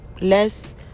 less